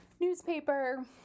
newspaper